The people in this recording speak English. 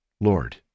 Lord